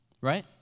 Right